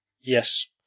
Yes